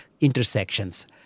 intersections